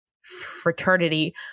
fraternity